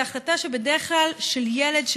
זו בדרך כלל החלטה של ילד,